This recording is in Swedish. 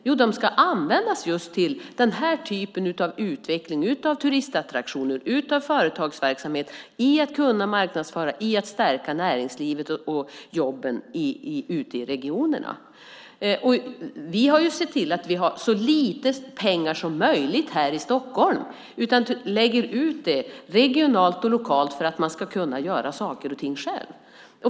Jo, de ska användas just till denna typ av utveckling av turistattraktioner och företagsverksamhet för att kunna marknadsföra och stärka näringslivet och jobben ute i regionerna. Vi har sett till att vi har så lite pengar som möjligt här i Stockholm. I stället lägger vi ut dem regionalt och lokalt för att man ska kunna göra saker och ting själv.